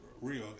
real